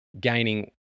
gaining